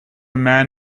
man